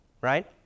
right